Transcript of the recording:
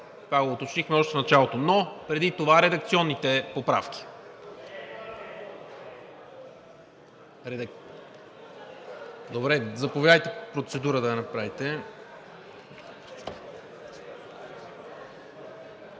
го уточнихме още в началото, но преди това редакционните поправки.